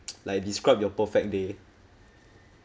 like describe your perfect day